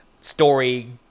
story